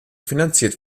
finanziert